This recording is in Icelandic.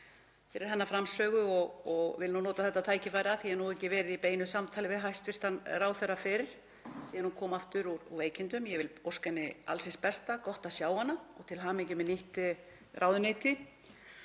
fyrir hennar framsögu. Ég vil nota þetta tækifæri, af því að ég hef ekki verið í beinu samtali við hæstv. ráðherra fyrr, ekki síðan hún kom aftur úr veikindum — ég vil óska henni alls hins besta, gott að sjá hana, og til hamingju með nýtt ráðuneyti.